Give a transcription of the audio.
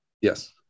Yes